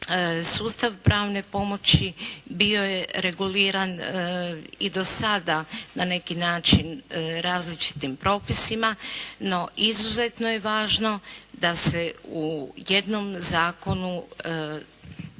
sustav pravne pomoći bio je reguliran i do sada na neki način različitim propisima. No, izuzetno je važno da se u jednom zakonu